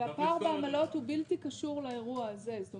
והפער בעמלות הוא בלתי קשור לאירוע הזה.